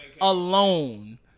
Alone